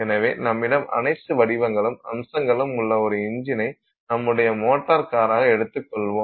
எனவே நம்மிடம் அனைத்து வடிவங்களும் அம்சங்களும் உள்ள ஒரு இஞ்சினை நம்முடைய மோட்டார் கார்க்காக எடுத்துக்கொள்வோம்